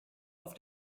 auf